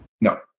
No